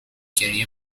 گریه